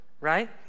right